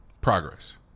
progress